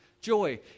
Joy